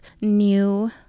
new